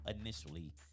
initially